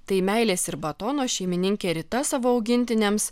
tai meilės ir batono šeimininkė rita savo augintiniams